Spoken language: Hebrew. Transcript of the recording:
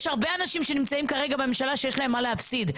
יש הרבה אנשים שנמצאים כרגע בממשלה שיש להם מה להפסיד.